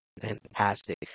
fantastic